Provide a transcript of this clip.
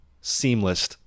seamless